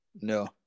No